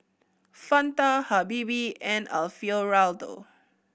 Fanta Habibie and Alfio Raldo